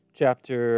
chapter